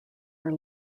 are